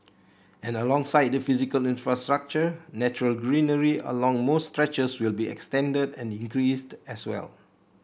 and alongside the physical infrastructure natural greenery along most stretches will be extended and increased as well